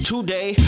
Today